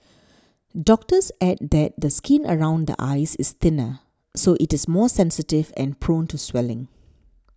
doctors add that the skin around the eyes is thinner so it is more sensitive and prone to swelling